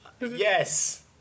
Yes